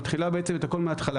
מתחילה בעצם לעשות את הכול מהתחלה,